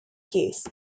case